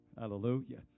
Hallelujah